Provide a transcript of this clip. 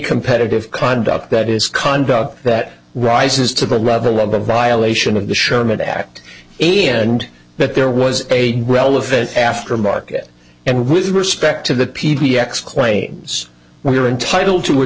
competitive conduct that is conduct that rises to the level of a violation of the sherman act and that there was a relevant after market and with respect to the p b x claims we are entitled to a